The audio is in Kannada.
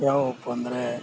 ಯಾವುವಪ್ಪ ಅಂದರೆ